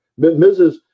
mrs